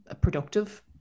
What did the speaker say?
productive